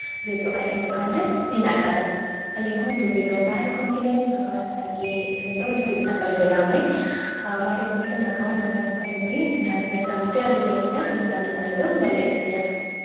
ᱡᱚᱛᱚ ᱟᱞᱮᱭᱟᱜ ᱫᱚᱠᱟᱱ ᱨᱮ ᱢᱮᱱᱟᱜ ᱠᱟᱫᱟ ᱟᱞᱮ ᱦᱚᱸ ᱞᱩᱜᱽᱲᱤᱡ ᱫᱚ ᱵᱟᱦᱨᱮ ᱠᱷᱚᱱ ᱜᱮᱞᱮ ᱢᱟᱜᱟᱣᱟ ᱪᱮᱫᱟᱜ ᱠᱤ ᱟᱞᱮ ᱫᱚ ᱞᱩᱜᱽᱲᱤ ᱫᱚᱦᱟᱸᱜ ᱵᱟᱞᱮ ᱵᱮᱱᱟᱣᱟ ᱵᱷᱟᱹᱭ ᱵᱟᱦᱨᱮ ᱠᱷᱚᱱ ᱜᱮᱞᱮ ᱢᱟᱜᱟᱣᱟ ᱱᱟᱯᱟᱭ ᱱᱟᱯᱟᱭ ᱞᱩᱜᱽᱲᱤᱡ ᱡᱟᱦᱟᱸ ᱛᱤᱱᱟᱹᱜ ᱫᱟᱢ ᱛᱮ ᱟᱞᱮ ᱞᱮ ᱟᱹᱜᱩᱭᱟ ᱩᱱᱟᱹᱜ ᱫᱟᱢ ᱛᱮᱫᱚ ᱟᱞᱮᱫᱚ ᱵᱟᱞᱮ ᱟᱹᱠᱷᱨᱤᱧᱟ